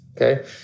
Okay